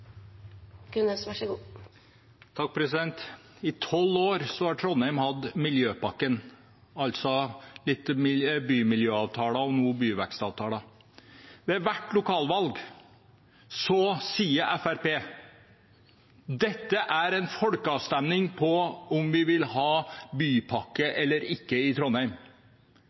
I tolv år har Trondheim hatt Miljøpakken, altså bymiljøavtale og byvekstavtale. Ved hvert lokalvalg sier Fremskrittspartiet at dette er en folkeavstemning på om vi vil ha bypakke eller ikke i Trondheim.